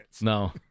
No